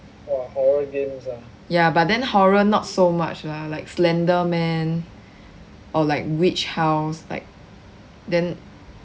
ya but then horror not so much lah like slender man or like witch house like then